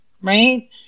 right